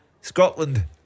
Scotland